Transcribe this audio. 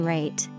Rate